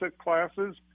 classes